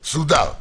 סודר.